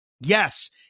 Yes